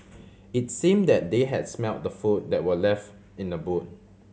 it's seem that they had smelt the food that were left in the boot